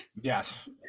yes